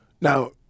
Now